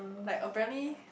like apparently